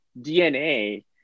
DNA